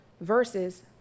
verses